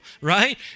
right